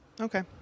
Okay